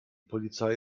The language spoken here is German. polizei